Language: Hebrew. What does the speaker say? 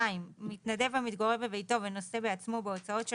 מתנדב המתגורר בביתו ונושא בעצמו בהוצאות של